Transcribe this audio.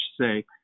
say